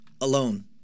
alone